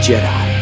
Jedi